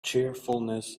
cheerfulness